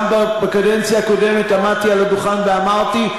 גם בקדנציה הקודמת עמדתי על הדוכן ואמרתי,